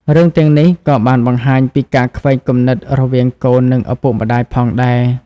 រឿងទាំងនេះក៏បានបង្ហាញពីការខ្វែងគំនិតរវាងកូននិងឪពុកម្តាយផងដែរ។